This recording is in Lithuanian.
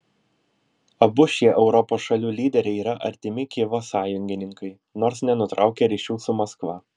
abu šie europos šalių lyderiai yra artimi kijevo sąjungininkai nors nenutraukia ryšių su maskva